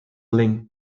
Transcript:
link